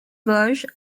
vosges